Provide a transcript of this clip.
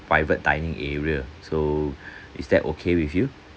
private dining area so is that okay with you